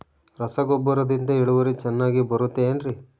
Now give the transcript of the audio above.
ರಸಗೊಬ್ಬರದಿಂದ ಇಳುವರಿ ಚೆನ್ನಾಗಿ ಬರುತ್ತೆ ಏನ್ರಿ?